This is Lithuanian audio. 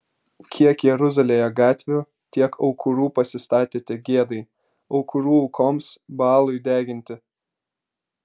kiek jeruzalėje gatvių tiek aukurų pasistatėte gėdai aukurų aukoms baalui deginti